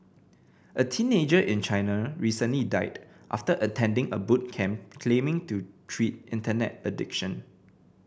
a teenager in China recently died after attending a boot camp claiming to treat Internet addiction